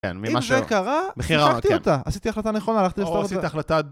אם זה קרה, שיחקתי אותה, עשיתי החלטה נכונה